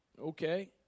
Okay